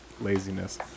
laziness